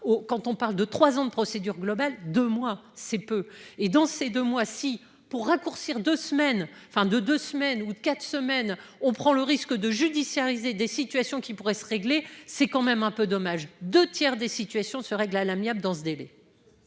quand on parle de 3 ans de procédure globale de moi c'est peu et dans ces deux mois si pour raccourcir de semaines fin de de semaine ou quatre semaines. On prend le risque de judiciariser des situations qui pourraient se régler, c'est quand même un peu dommage 2 tiers des situations se règlent à l'amiable dans ce délai.